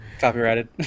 copyrighted